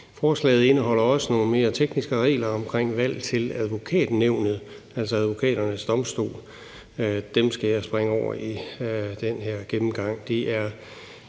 Forslaget indeholder også nogle mere tekniske regler om valg til Advokatnævnet, altså advokaternes domstol. Dem skal jeg springe over i den her gennemgang.